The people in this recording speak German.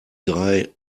drei